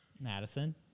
Madison